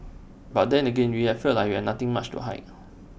but then again we'll felt like we are nothing much to hide